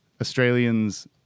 Australians